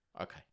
Okay